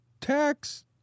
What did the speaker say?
tax